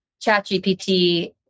ChatGPT